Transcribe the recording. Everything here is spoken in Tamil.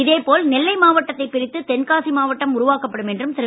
இதே போல் நெல்லை மாவட்டத்தைப் பிரித்து தென்காசி மாவட்டம் உருவாக்கப்படும் என்று திரு